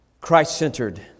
Christ-centered